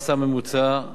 מס ממוצע,